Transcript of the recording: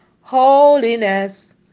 Holiness